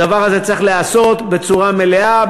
הדבר הזה צריך להיעשות בצורה מלאה,